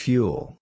Fuel